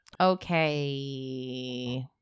Okay